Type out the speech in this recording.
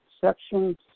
Section